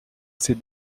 ces